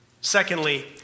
Secondly